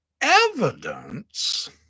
evidence